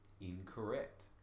incorrect